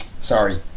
Sorry